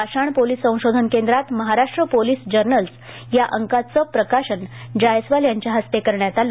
पाषाण police संशोधन केंद्रात Maharashtra police journal या अंकाच प्रकाशन जायस्वाल यांच्या हस्ते करण्यात आल